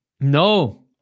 No